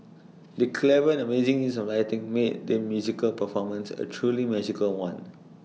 the clever and amazing use of lighting made the musical performance A truly magical one